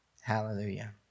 Hallelujah